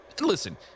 listen